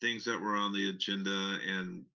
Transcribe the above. things that were on the agenda, and,